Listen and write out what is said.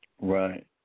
Right